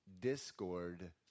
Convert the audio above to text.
discord